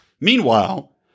Meanwhile